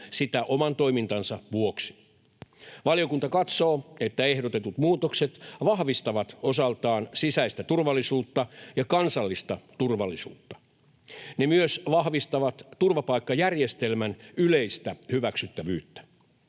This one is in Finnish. sitä oman toimintansa vuoksi. Valiokunta katsoo, että ehdotetut muutokset vahvistavat osaltaan sisäistä turvallisuutta ja kansallista turvallisuutta. Ne myös vahvistavat turvapaikkajärjestelmän yleistä hyväksyttävyyttä.